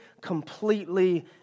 completely